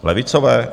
Levicové?